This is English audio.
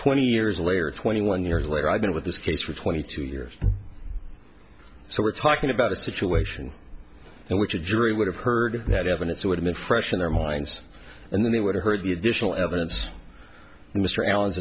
twenty years later twenty one years later i've been with this case for twenty two years so we're talking about a situation in which a jury would have heard that evidence would be fresh in their minds and then they would have heard the additional evidence mr allen's